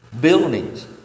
Buildings